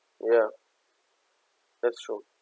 ya that's true